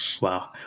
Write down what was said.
Wow